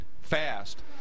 fast